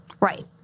Right